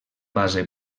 base